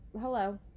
Hello